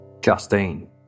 Justine